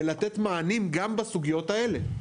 ולתת מענים גם בסוגיות האלה,